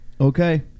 Okay